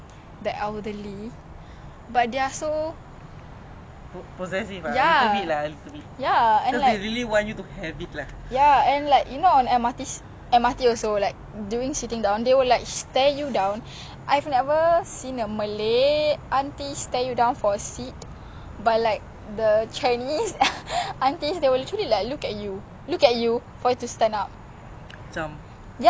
but like the err chinese aunties they will like literally like look at you for you to stand up ya ya then I'm like I'm like no no especially if kalau tu bukan apa ni reserve seat why the why should I ya you know is not entitlement right ya of course